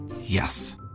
Yes